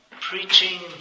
Preaching